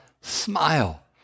smile